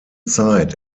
zeit